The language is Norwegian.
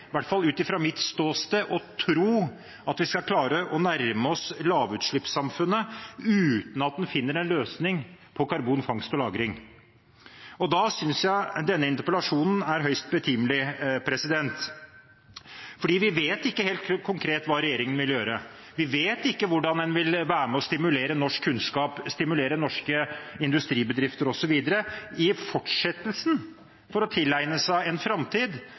hvert fall ut fra mitt ståsted – å tro at vi skal klare å nærme oss lavutslippssamfunnet uten at en finner en løsning på karbonfangst og -lagring. Da synes jeg denne interpellasjonen er høyst betimelig, for vi vet ikke helt konkret hva regjeringen vil gjøre. Vi vet ikke hvordan en vil være med og stimulere norsk kunnskap, stimulere norske industribedrifter osv. i fortsettelsen for å tilegne seg en framtid